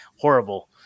horrible